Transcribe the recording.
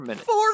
Four